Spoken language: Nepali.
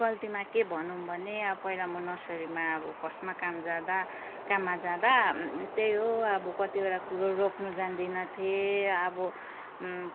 गल्तीमा के भनौँ भने अब पहिला म नर्सरीमा अब फर्स्टमा काम गर्नु जाँदा काममा जाँदा त्यही हो अब कतिवटा कुरो रोप्नु जान्दिनँ थिएँ अब